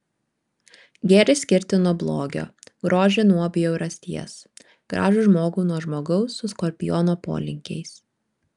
gėrį skirti nuo blogio grožį nuo bjaurasties gražų žmogų nuo žmogaus su skorpiono polinkiais